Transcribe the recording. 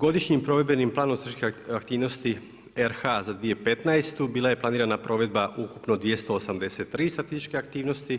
Godišnjem provedbenim planom statističke aktivnosti RH za 2015. bila je planirana provedba ukupno 283 statističke aktivnosti,